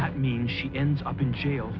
that mean she ends up in jail